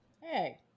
Hey